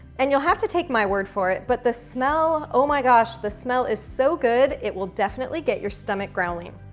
and you'll have to take my word for it, but the smell, oh my gosh, the smell is so good it will definitely get your stomach growling.